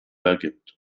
ergibt